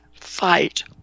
fight